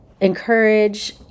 encourage